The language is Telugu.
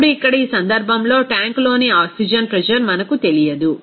ఇప్పుడు ఇక్కడ ఈ సందర్భంలో ట్యాంక్లోని ఆక్సిజన్ ప్రెజర్ మనకు తెలియదు